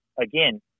again